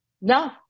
No